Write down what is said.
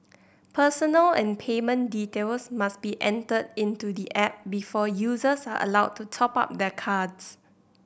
personal and payment details must be entered into the app before users are allowed to top up their cards